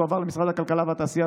תועבר למשרד הכלכלה והתעשייה,